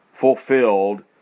fulfilled